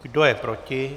Kdo je proti?